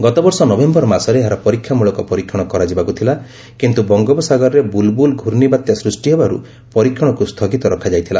ଗତବର୍ଷ ନଭେମ୍ବର ମାସରେ ଏହାର ପରୀକ୍ଷାମ୍ରଳକ ପରୀକ୍ଷଣ କରାଯିବାକୁ ଥିଲା କିନ୍ତୁ ବଙ୍ଗୋପସାଗରରେ ବୁଲ୍ବୁଲ୍ ଘୂର୍ଣ୍ଣବାତ୍ୟା ସୃଷ୍ଟି ହେବାରୁ ପରୀକ୍ଷଣକୁ ସ୍ଥଗିତ ରଖାଯାଇଥିଲା